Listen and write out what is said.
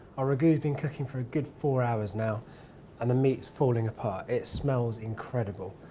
our ragu has been cooking for a good four hours now and the meat is falling apart. it smells incredible.